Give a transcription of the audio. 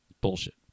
Bullshit